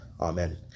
Amen